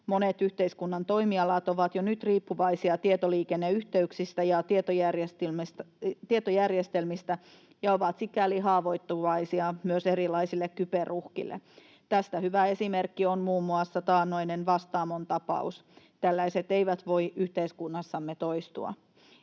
Monet yhteiskunnan toimialat ovat jo nyt riippuvaisia tietoliikenneyhteyksistä ja tietojärjestelmistä ja ovat sikäli haavoittuvaisia myös erilaisille kyberuhkille. Tästä hyvä esimerkki on muun muassa taannoinen Vastaamon tapaus. Tällaiset eivät voi yhteiskunnassamme toistua.